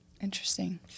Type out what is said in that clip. Interesting